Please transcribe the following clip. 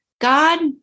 God